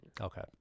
okay